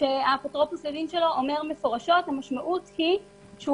כשאפוטרופוס לדין אומר מפורשות: המשמעות היא שהוא